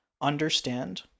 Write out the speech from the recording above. understand